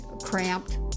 cramped